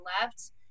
left